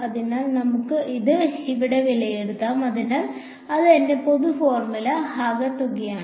അതിനാൽ നമുക്ക് ഇത് ഇവിടെ വിലയിരുത്താം അതിനാൽ അത് എന്റെ പൊതു ഫോർമുലയുടെ ആകെത്തുകയാണ്